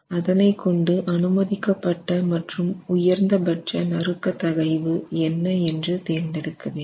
அதனை கொண்டு அனுமதிக்கப்பட்ட மற்றும் உயர்ந்தபட்ச நறுக்க தகைவு என்ன என்று தேர்ந்தெடுக்க வேண்டும்